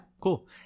cool